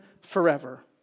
forever